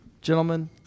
gentlemen